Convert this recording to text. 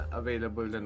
available